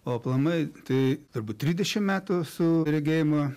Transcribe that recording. o aplamai tai turbūt trisdešimt metų su regėjimą